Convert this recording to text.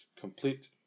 complete